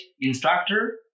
instructor